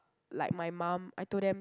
like my mum I told them